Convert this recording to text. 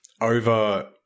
over